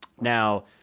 Now